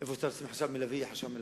אם צריך לשים חשב מלווה, יהיה חשב מלווה.